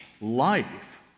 Life